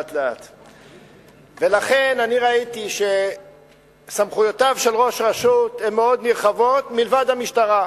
אני ראיתי שסמכויותיו של ראש רשות הן מאוד נרחבות מלבד בעניין המשטרה.